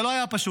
זה לא היה פשוט.